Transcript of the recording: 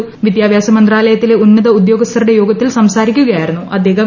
അദ്ദേഹം വിദ്യാഭ്യാസമന്ത്രാലയത്തിലെ ഉന്നത ഉദ്യോഗസ്ഥരുടെ യോഗത്തിൽ സംസാരിക്കുകയായിരുന്നു അദ്ദേഹം